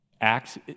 Acts